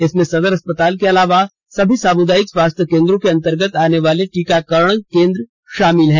इसमें सदर अस्पताल के अलावा सभी सामुदायिक स्वास्थ्य केंद्रों के अंतर्गत आने वाले टीकाकरण केंद्र शामिल हैं